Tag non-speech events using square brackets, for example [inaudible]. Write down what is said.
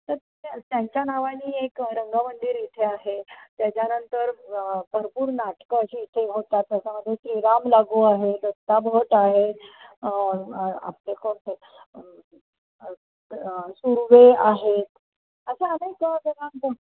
तर त्यांच्या नावानी एक रंगमंदिर इथे आहे त्याच्यानंतर भरपूर नाटकं अशी इथे होतात त्याच्यामध्ये श्रीराम लागू आहे दत्ता भट आहे आपले कोण ते सुर्वे आहेत असे अनेक [unintelligible]